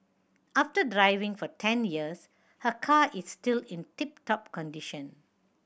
after driving for ten years her car is still in tip top condition